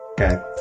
okay